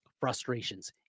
Frustrations